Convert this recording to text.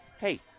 hey